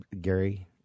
Gary